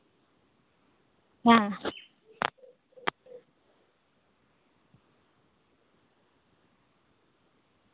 ᱦᱮᱸ